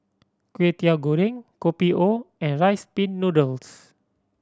Kway Teow Goreng Kopi O and Rice Pin Noodles